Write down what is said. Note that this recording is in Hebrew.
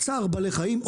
צער בעלי חיים,